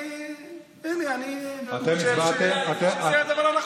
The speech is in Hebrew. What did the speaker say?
תעשה את הדבר הנכון.